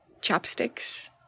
chopsticks